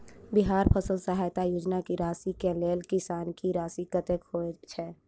बिहार फसल सहायता योजना की राशि केँ लेल किसान की राशि कतेक होए छै?